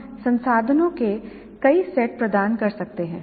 हम संसाधनों के कई सेट प्रदान कर सकते हैं